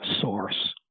source